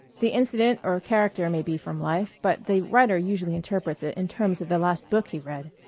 the incident or character may be from life, but the writer usually interprets it in terms of the last book he read.